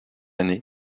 année